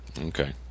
Okay